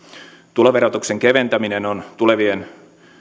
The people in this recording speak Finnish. tuloverotuksen keventäminen on tulevien